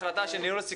בהמשך לניהול הסיכונים,